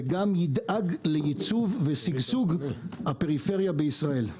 וגם ידאג לייצוב ושגשוג הפריפריה בישראל.